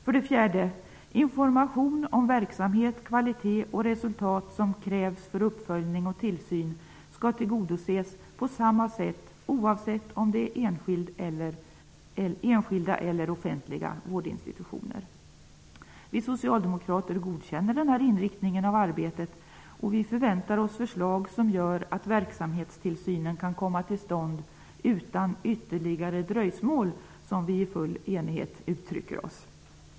För det fjärde: Kravet på information om verksamhet, kvalitet och resultat som krävs för uppföljning och tillsyn skall tillgodoses på samma sätt oavsett om det gäller enskilda eller offentliga vårdinstitutioner. Vi socialdemokrater godkänner den här inriktningen av arbetet, och vi förväntar oss förslag som gör att verksamhetstillsynen kan komma till stånd utan ytterligare dröjsmål, som vi i full enighet uttrycker oss.